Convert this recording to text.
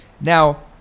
Now